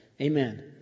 Amen